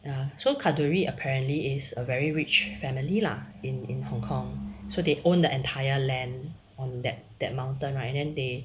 ya so kadoori apparently is a very rich family lah in in hong kong so they own the entire land on that that mountain right and then they